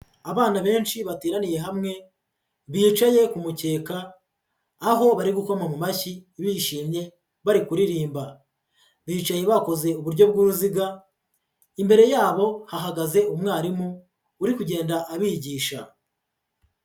Abana benshi bateraniye hamwe bicaye ku mukeka aho bari gukoma mashyi bishimye bari kuririmba, bicaye bakoze uburyo bw'uruziga, imbere yabo hahagaze umwarimu uri kugenda abigisha.